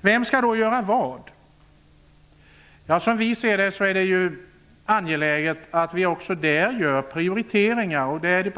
Vem skall göra vad? Ja, som vi ser det är det angeläget att vi också här gör prioriteringar.